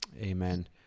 Amen